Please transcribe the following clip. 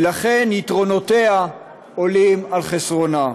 ולכן יתרונותיה עולים על חסרונותיה.